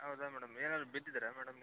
ಹೌದಾ ಮೇಡಮ್ ಏನಾದ್ರು ಬಿದ್ದಿದ್ದರಾ ಮೇಡಮ್ ನೀವು